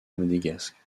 monégasque